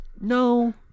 No